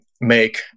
make